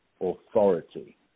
authority